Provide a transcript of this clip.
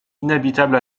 inhabitable